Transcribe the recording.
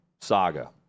saga